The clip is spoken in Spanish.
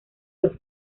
los